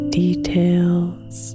details